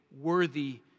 worthy